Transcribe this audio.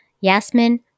Yasmin